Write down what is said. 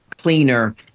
cleaner